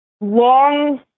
Long